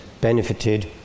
benefited